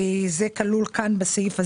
זה כלול בסעיף הזה.